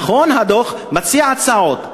נכון, הדוח מציע הצעות.